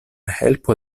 helpo